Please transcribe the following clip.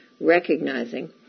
recognizing